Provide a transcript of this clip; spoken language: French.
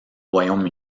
royaume